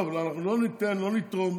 טוב, אנחנו לא ניתן, לא נתרום,